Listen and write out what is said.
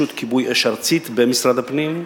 שיש להקים רשות כיבוי אש ארצית במשרד הפנים.